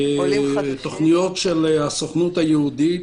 תוכניות של הסוכנות היהודית,